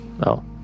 No